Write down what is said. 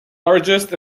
largest